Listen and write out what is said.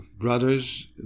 brothers